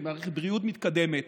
עם מערכת בריאות מתקדמת,